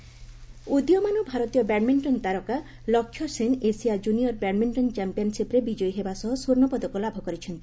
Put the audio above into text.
badminton ଉଦୀୟମାନ ଭାରତୀୟ badminton ତାରକା Lakshya Sen Asia junior badminton ଚାମ୍ପିୟନ୍ସିପ୍ରେ ବିଜୟୀ ହେବା ସହ ସ୍ୱର୍ଷପଦକ ଲାଭ କରିଛନ୍ତି